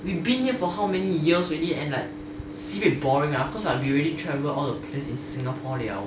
we've been here for how many years already and like sibeh boring ah cause we already travel all the place in singapore liao